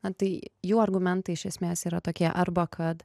antai jų argumentai iš esmės yra tokie arba kad